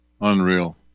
Unreal